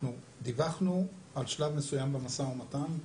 אנחנו דיווחנו עד שלב מסוים במשא ומתן.